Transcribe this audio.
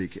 സിക്ക്